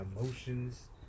emotions